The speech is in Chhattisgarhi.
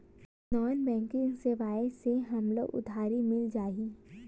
नॉन बैंकिंग सेवाएं से हमला उधारी मिल जाहि?